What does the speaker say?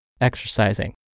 exercising